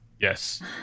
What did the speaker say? Yes